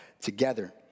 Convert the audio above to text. together